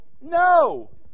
No